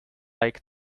like